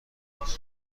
کنید